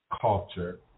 culture